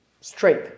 straight